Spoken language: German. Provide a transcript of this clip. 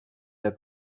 der